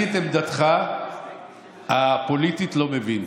אני את עמדתך הפוליטית לא מבין.